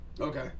Okay